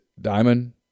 Diamond